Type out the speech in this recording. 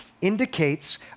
indicates